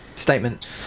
statement